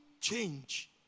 change